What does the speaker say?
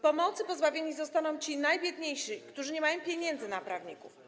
Pomocy pozbawieni zostaną ci najbiedniejsi, którzy nie mają pieniędzy na prawników.